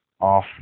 off